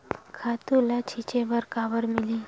खातु ल छिंचे बर काबर मिलही?